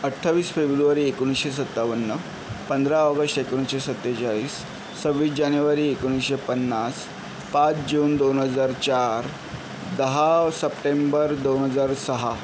अठ्ठावीस फेब्रुवारी एकोणीसशे सत्तावन्न पंधरा ऑगष्ट एकोणीसशे सत्तेचाळीस सव्वीस जानेवारी एकोणीसशे पन्नास पाच जून दोन हजार चार दहा सप्टेंबर दोन हजार सहा